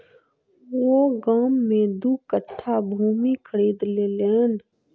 ओ गाम में दू कट्ठा भूमि खरीद लेलैन